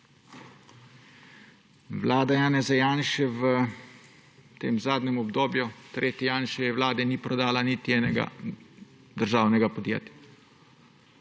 Vlada Janeza Janše v tem zadnjem obdobju, tretji Janševi vladi, ni prodala niti enega državnega podjetja.